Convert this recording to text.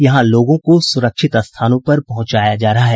यहां लोगों को सुरक्षित स्थानों पर पहुंचाया जा रहा है